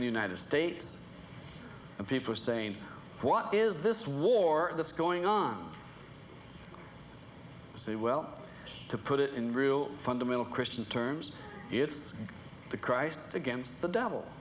in the united states and people are saying what is this war that's going on so well to put it in real fundamental christian terms it's the christ against the devil